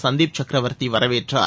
சந்தீப் சக்கரவர்த்தி வரவேற்றார்